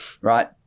right